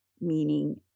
Meaning